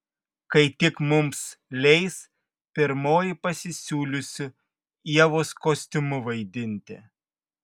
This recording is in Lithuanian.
kai tik mums leis pirmoji pasisiūlysiu ievos kostiumu vaidinti